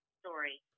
story